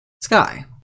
Sky